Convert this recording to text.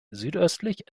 südöstlich